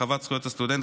הרחבת זכויות הסטודנט),